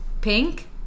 pink